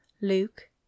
luke